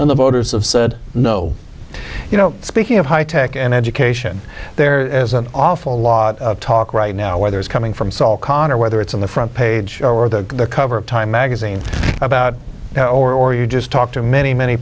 and the voters of said no you know speaking of high tech and education there as an awful lot of talk right now whether it's coming from saul khan or whether it's on the front page or the cover of time magazine about now or you just talk to many many